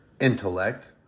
intellect